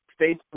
Facebook